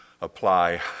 apply